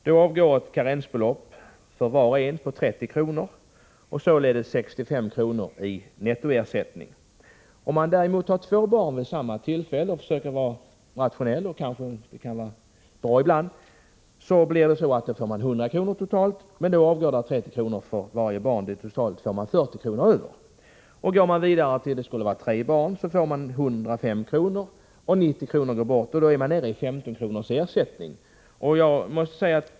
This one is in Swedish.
Då avgår ett karensbelopp för var och en på 30 kr., varför nettoersättningen blir 65 kr. Försöker man vara rationell — och det kan ju vara bra ibland — och skjutsar två barn vid samma tillfälle får man 100 kr. totalt. Sedan avgår 30 kr. för varje barn, vilket innebär en rest på totalt 40 kr. Rör det sig om tre barn får man 105 kr., men 90 kr. går bort, varför det blir 15 kr. i ersättning.